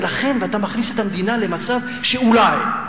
ואתה מכניס את המדינה למצב של אולי.